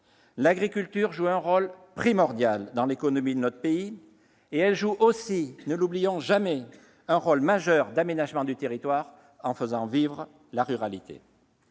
L'agriculture joue un rôle primordial dans l'économie de notre pays, et elle joue aussi, ne l'oublions jamais, un rôle majeur dans l'aménagement du territoire en faisant vivre la ruralité.